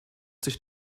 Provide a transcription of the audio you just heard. sich